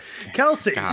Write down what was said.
Kelsey